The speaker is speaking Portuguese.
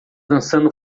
dançando